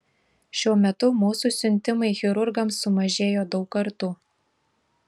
šiuo metu mūsų siuntimai chirurgams sumažėjo daug kartų